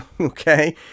Okay